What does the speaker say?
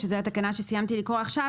שזו התקנה שסיימתי לקרוא עכשיו,